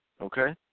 okay